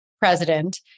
president